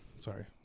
Sorry